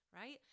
right